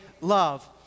love